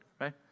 right